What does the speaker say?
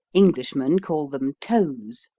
englishmen call them toes.